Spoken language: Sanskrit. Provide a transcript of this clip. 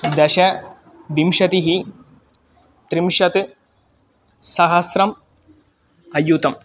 दश विंशतिः त्रिंशत् सहस्रम् अयुतम्